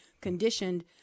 conditioned